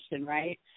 right